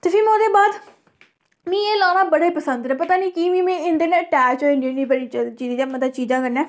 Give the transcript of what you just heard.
ते फ्ही में ओह्दे बाद मीं एह् लाना बड़े पसंद न पता निं कि में इं'दे नै अटैच होई गेई बड़ी जल्दी इ'नें चीजां कन्नै